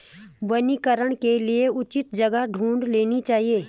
वनीकरण के लिए उचित जगह ढूंढ लेनी चाहिए